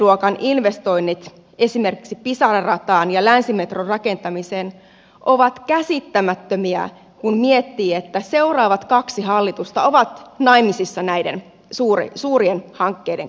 miljardiluokan investoinnit esimerkiksi pisara rataan ja länsimetron rakentamiseen ovat käsittämättömiä kun miettii että seuraavat kaksi hallitusta ovat naimisissa näiden suurien hankkeiden kanssa